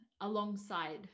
alongside